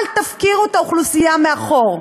אל תפקירו את האוכלוסייה מאחור.